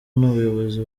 n’ubuyobozi